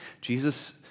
Jesus